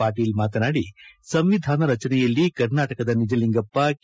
ಪಾಟೀಲ್ ಮಾತನಾಡಿ ಸಂವಿಧಾನ ರಚನೆಯಲ್ಲಿ ಕರ್ನಾಟಕದ ನಿಜಲಿಂಗಪ್ಪ ಕೆ